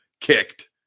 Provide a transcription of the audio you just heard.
kicked